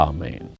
Amen